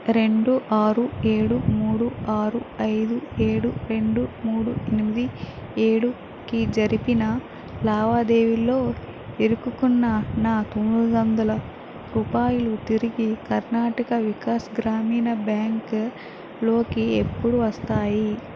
రెండు ఆరు ఏడు మూడు ఆరు ఐదు ఏడు రెండు మూడు ఎనిమిది ఏడుకు జరిపిన లావాదేవీలో ఇరుకుకున్న నా తొమ్మిది వందల రూపాయలు తిరిగి కర్ణాటక వికాస్ గ్రామీణ బ్యాంక్ లోకి ఎప్పుడు వస్తాయి